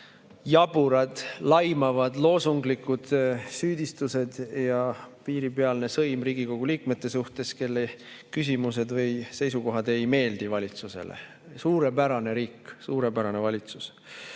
Jaburad, laimavad, loosunglikud süüdistused ja piiripealne sõim Riigikogu liikmete suhtes, kelle küsimused või seisukohad ei meeldi valitsusele. Suurepärane riik, suurepärane valitsus!